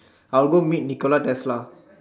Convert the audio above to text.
I will go meet Nicola Tesla